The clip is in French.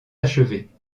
achevés